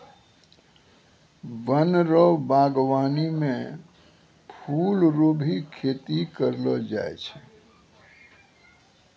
वन रो वागबानी मे फूल रो भी खेती करलो जाय छै